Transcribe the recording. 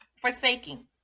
forsaking